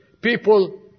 people